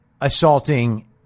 assaulting